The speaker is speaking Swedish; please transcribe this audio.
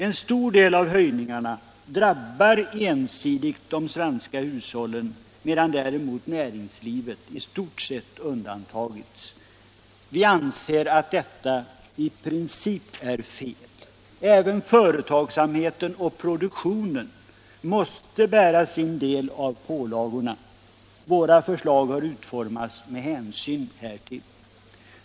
En stor del av höjningarna drabbar ensidigt de svenska hushållen, medan däremot näringslivet i stort sett undantagits. Vi anser att detta i princip är fel. Även företagsamheten och produktionen måste bära sin del av pålagorna. Våra förslag har utformats med hänsyn härtill.